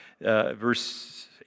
verse